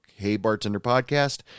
HeyBartenderPodcast